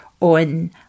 on